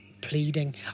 pleading